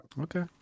Okay